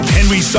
Henry